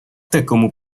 такому